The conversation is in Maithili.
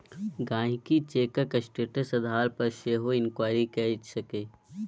गांहिकी चैकक स्टेटस आधार पर सेहो इंक्वायरी कए सकैए